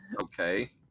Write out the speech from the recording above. Okay